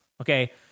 Okay